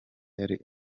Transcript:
yari